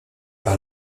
par